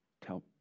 tell